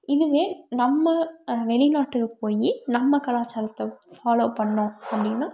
இதுவே நம்ம வெளிநாட்டுக்கு போய் நம்ம கலாச்சாரத்தை ஃபாலோ பண்ணினோம் அப்படின்னா